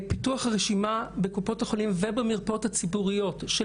פיתוח רשימה בקופות החולים ובמרפאות הציבוריות של